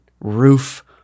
roof